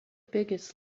biggest